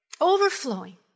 overflowing